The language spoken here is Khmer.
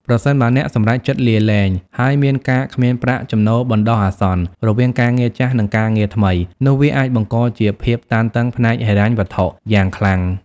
ប្រសិនបើអ្នកសម្រេចចិត្តលាលែង ហើយមាន ការគ្មានប្រាក់ចំណូលបណ្ដោះអាសន្ន រវាងការងារចាស់ និងការងារថ្មី នោះវាអាចបង្កជា ភាពតានតឹងផ្នែកហិរញ្ញវត្ថុ យ៉ាងខ្លាំង។